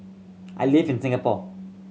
I live in Singapore